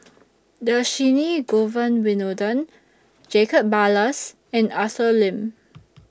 Dhershini Govin Winodan Jacob Ballas and Arthur Lim